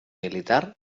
militar